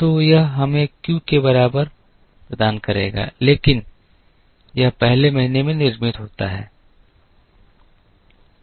तो यह हमें Q के बराबर प्रदान करेगा लेकिन यह पहले महीने में निर्मित होता है